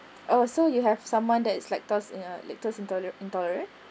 oh so you have someone that is like those in a lactose intole~ intolerant